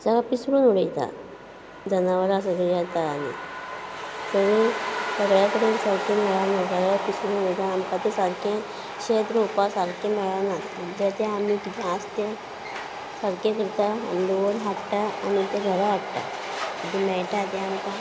पिसडून उडयता जनावरां सगळीं येता आनी सगळीं सगळ्यां कडेन सारकें मेळना सगळें पिसडून उडयता आमकां तें सारकें शेत रोवपाक सारकें मेळना म्हणटच तें आमी कितें आस तें सारकें करता आनी रोवून हाडटा आनी तें घरा हाडटा कितें मेळटा तें आमकां